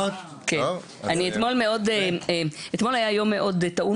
אתמול היה יום מאוד טעון